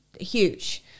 huge